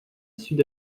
sud